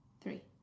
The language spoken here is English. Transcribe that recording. three